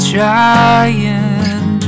Trying